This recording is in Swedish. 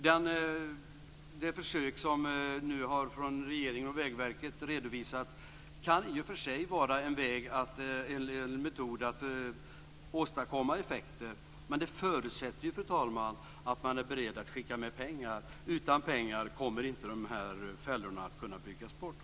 Det försök som regeringen och Vägverket har redovisat kan i och för sig vara en metod att åstadkomma effekter. Men det förutsätter, fru talman, att man är beredd att skicka med pengar. Utan pengar kommer inte fällorna att kunna byggas bort.